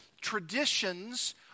traditions